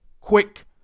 Quick